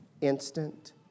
instant